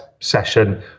session